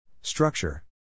Structure